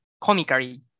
comically